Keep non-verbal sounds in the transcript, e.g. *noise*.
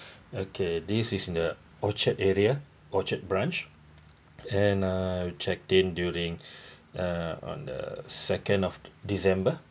*breath* okay this is in the orchard area orchard branch and uh checked in during *breath* uh on the second of december